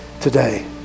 today